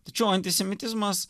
tačiau antisemitizmas